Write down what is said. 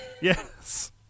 Yes